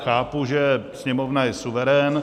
Chápu, že Sněmovna je suverén.